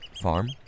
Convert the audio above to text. farm